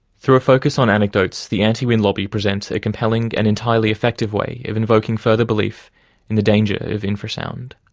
through a focus on anecdotes, the anti-wind lobby present a compelling and entirely effective way of invoking further belief in the danger of infrasound.